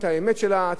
הציבור לא כולו מאמין.